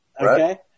Okay